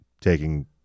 taking